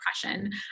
depression